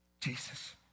Jesus